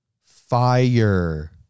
fire